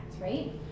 right